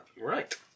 Right